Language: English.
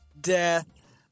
death